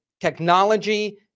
technology